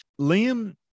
Liam